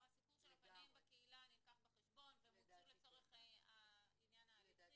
הסיפור של הפנים בקהילה נלקח בחשבון ומוצו לצורך העניין ההליכים.